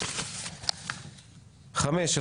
הצבעה בעד, 0 נגד, 2 נמנעים, אין לא אושר.